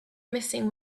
missing